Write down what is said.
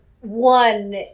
one